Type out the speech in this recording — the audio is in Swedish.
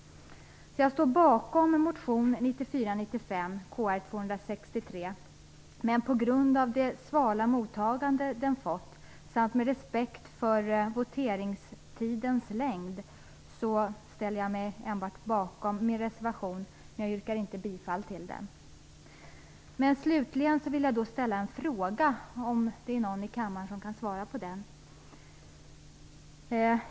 Jag står bakom motion 1994/95:Kr263. På grund av det svala mottagande den fått samt med respekt för voteringarnas längd ställer jag mig bakom min reservation utan att yrka bifall till den. Slutligen vill jag ställa en fråga. Det kanske är någon i kammaren som kan svara.